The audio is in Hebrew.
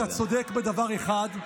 אתה צודק בדבר אחד,